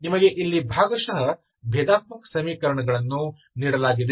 ನಿಮಗೆ ಇಲ್ಲಿ ಭಾಗಶಃ ಭೇದಾತ್ಮಕ ಸಮೀಕರಣಗಳನ್ನು ನೀಡಲಾಗಿದೆ